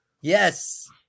yes